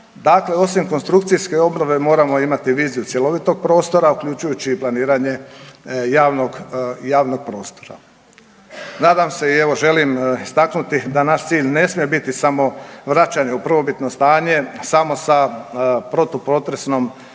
osim konstrukcijske obnove moramo imati viziju cjelovitog prostora uključujući i planiranje javnog prostora. Nadam se i evo želim istaknuti da naš cilj ne smije biti samo vraćanje u prvobitno stanje samo sa protu potresnim pojačanjem